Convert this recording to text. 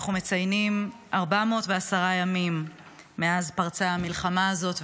אנחנו מציינים 410 ימים מאז פרצה המלחמה הזאת,